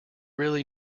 really